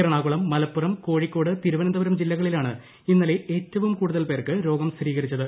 എറണാകുളം മലപ്പുറം കോഴിക്കോട് തിരുവനന്തപുരം ജില്ലകളിലാണ് ഇന്നലെ ഏറ്റവും കൂടുതൽ പേർക്ക് രോഗം സ്ഥിരീകരിച്ചത്